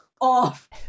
off